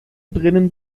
drinnen